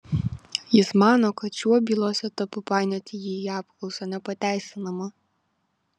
jis mano kad šiuo bylos etapu painioti jį į apklausą nepateisinama